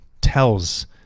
tells